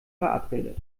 verabredet